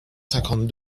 cinquante